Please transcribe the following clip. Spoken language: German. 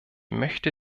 möchte